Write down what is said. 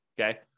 okay